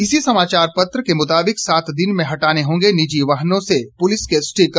इसी समाचार पत्र के मुताबिक सात दिन में हटाने होंगे निजी वाहनों से पुलिस के स्टीकर